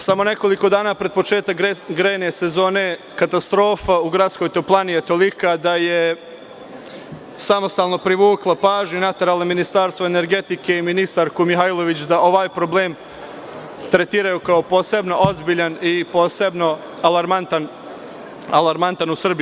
Samo nekoliko dana pre početka grejne sezone katastrofa u gradskoj toplani je tolika da je samostalno privukla pažnju i naterala Ministarstvo energetike i ministarku Mihajlović da ovaj problem tretiraju kao posebno ozbiljan i posebno alarmantan u Srbiji.